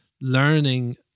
learning